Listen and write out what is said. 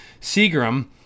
Seagram